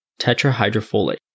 tetrahydrofolate